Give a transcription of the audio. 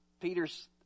Peter's